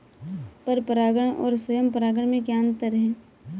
पर परागण और स्वयं परागण में क्या अंतर है?